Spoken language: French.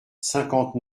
cinquante